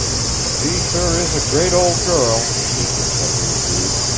she sure is a great old girl! rufus shepley agreed.